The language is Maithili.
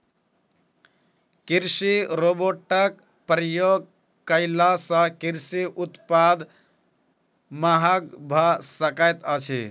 कृषि रोबोटक प्रयोग कयला सॅ कृषि उत्पाद महग भ सकैत अछि